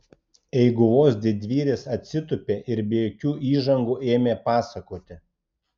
eiguvos didvyris atsitūpė ir be jokių įžangų ėmė pasakoti